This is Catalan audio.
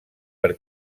per